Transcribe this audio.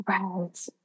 Right